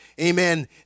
amen